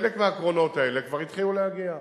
חלק מהקרונות האלה כבר התחילו להגיע.